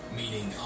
meaning